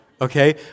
Okay